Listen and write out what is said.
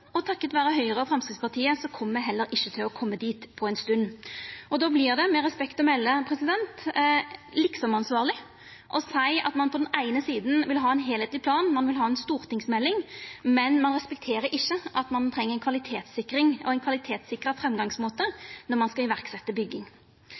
å koma dit på ei stund. Og då vert det med respekt å melda liksomansvarleg å seia at ein på den eine sida vil ha ein heilskapleg plan, ein vil ha ei stortingsmelding, men ein respekterer ikkje at ein treng ei kvalitetssikring og ein kvalitetssikra framgangsmåte